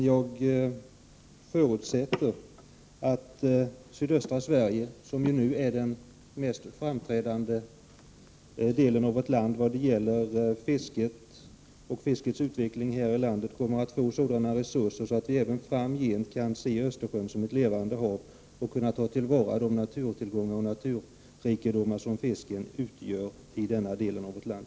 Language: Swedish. Jag förutsätter emellertid att sydöstra Sverige, som är den mest framträdande delen av vårt land i vad gäller fisket och fiskets utveckling, kommer att få sådana resurser att vi även framgent kan se Östersjön som ett levande hav och kan ta till vara de naturtillgångar och de naturrikedomar som fisken utgör i denna del av vårt land.